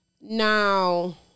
Now